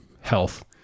health